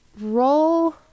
Roll